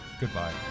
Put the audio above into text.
goodbye